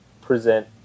present